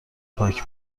پاک